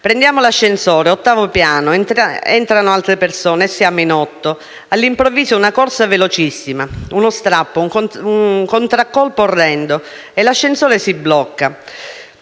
«Prendiamo l'ascensore, ottavo piano, entrano altre persone, siamo in otto. All'improvviso una corsa velocissima, uno strappo, un contraccolpo orrendo: l'ascensore si blocca.